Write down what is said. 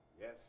Yes